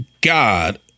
God